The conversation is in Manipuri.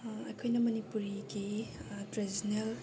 ꯑꯩꯈꯣꯏꯅ ꯃꯅꯤꯄꯨꯔꯤꯒꯤ ꯇ꯭ꯔꯦꯗꯤꯁꯅꯦꯜ